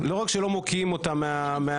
לא רק שלא מוקיעים אותם מהחברה,